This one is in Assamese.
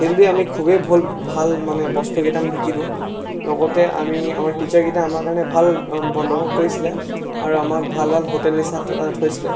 সেইটোতে আমি খুবেই ভুল ভাল মানে বস্তু কেইটামান শিকিলোঁ লগতে আমি আমাৰ টিচাৰকেইটা আমাৰ কাৰণে ভাল বন্দবস্ত কৰিছিলে আৰু আমাক ভাল ভাল হোটেল নিচিনাত থৈছিলে